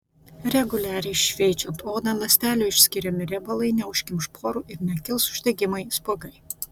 reguliariai šveičiant odą ląstelių išskiriami riebalai neužkimš porų ir nekils uždegimai spuogai